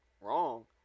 wrong